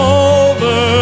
over